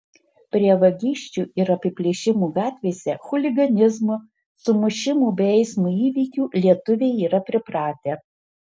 prie vagysčių ir apiplėšimų gatvėse chuliganizmo sumušimų bei eismo įvykių lietuviai yra pripratę